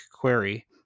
query